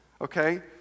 okay